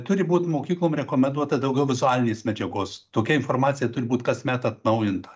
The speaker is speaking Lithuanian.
turi būt mokyklom rekomenduota daugiau vizualinės medžiagos tokia informacija turi būt kasmet atnaujinta